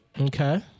Okay